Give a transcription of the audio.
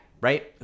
Right